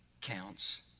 counts